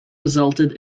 resulted